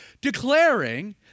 declaring